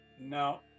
no